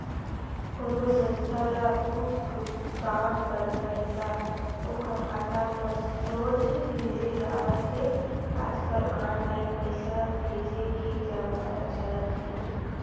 कोनो संस्था ल कुछ भुगतान करना हे त ओखर खाता म सोझ भेजे जावत हे आजकल ऑनलाईन पइसा भेजे के जमाना चलत हे